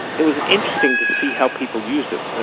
it was interesting to see how people used it. ah